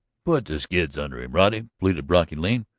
put the skids under him, roddy, pleaded brocky lane.